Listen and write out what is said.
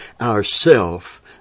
ourself